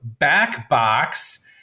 Backbox